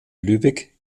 lübeck